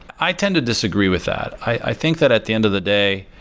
i tend to disagree with that. i think that at the end of the day,